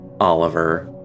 Oliver